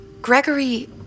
Gregory